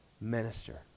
minister